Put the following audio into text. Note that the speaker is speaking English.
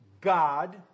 God